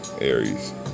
Aries